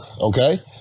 Okay